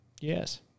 Yes